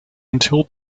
until